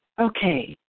Okay